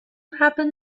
happen